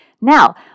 Now